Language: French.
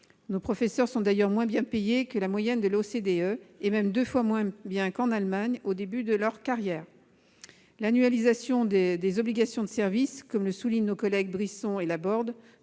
Nos professeurs sont d'ailleurs moins bien payés que la moyenne de l'OCDE et même deux fois moins bien qu'en Allemagne en début de carrière. L'annualisation des obligations de service, comme le soulignent nos collègues Brisson et Laborde,